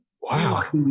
Wow